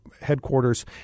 headquarters